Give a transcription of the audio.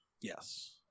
yes